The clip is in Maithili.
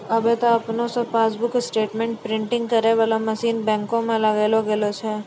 आबे त आपने से पासबुक स्टेटमेंट प्रिंटिंग करै बाला मशीन बैंको मे लगैलो गेलो छै